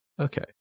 Okay